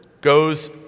goes